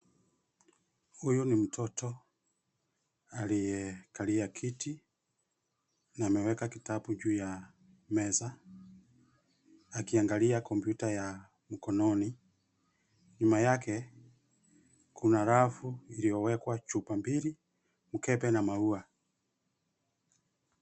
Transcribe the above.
Huyu ni mtoto aliyekalia kiti na ameweka kitabu juu ya meza akiangalia kompyuta ya mkononi. Nyuma yake kuna rafu iliyowekwa chupa mbili, mkebe na maua.